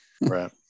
right